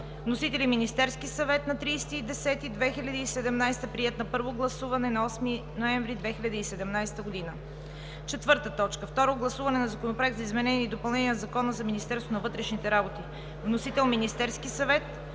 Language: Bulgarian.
Вносител е Министерският съвет на 30 октомври 2017 г. Приет е на първо гласуване на 8 ноември 2017 г. 4. Второ гласуване на Законопроект за изменение и допълнение на Закона за Министерството на вътрешните работи. Вносител е Министерският съвет